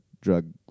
drug